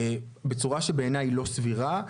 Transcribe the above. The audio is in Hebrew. בצורה שבעיני היא לא סבירה.